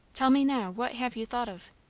tell me now. what have you thought of?